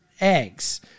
eggs